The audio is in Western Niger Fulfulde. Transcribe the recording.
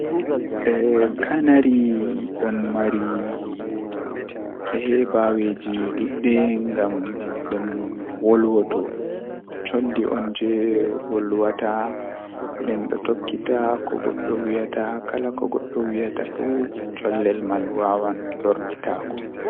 Haa ɗo kam ndikka mi mara wakkati ɗuɗɗum ngam duuɓi am jotta to asendi tovi mi ɓedda ɗuuɓi miɗo mari duuɓi seɗɗa to avi mi lornita irin duuɓi man mi neeɓan seɗɗa amma ceede mi mari man ngam Wala ko wannata mi